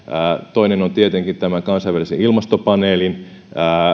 toinen on tietenkin kansainvälisen ilmastopaneelin